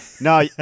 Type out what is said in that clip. No